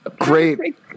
Great